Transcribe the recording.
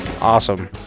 awesome